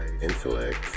Intellect